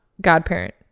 godparent